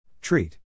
Treat